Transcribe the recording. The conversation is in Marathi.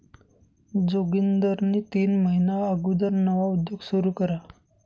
जोगिंदरनी तीन महिना अगुदर नवा उद्योग सुरू करा